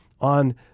on